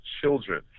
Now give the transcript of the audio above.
children